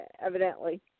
evidently